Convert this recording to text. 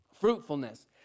Fruitfulness